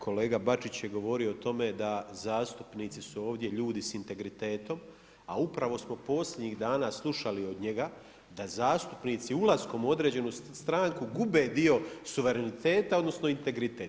Kolega Bačić je govorio o tome da zastupnici su ovdje ljudi s integritetom, a u upravo smo posljednjih dana slušali od njega da zastupnici ulaskom u određenu stranku gube dio suvereniteta, odnosno integritet.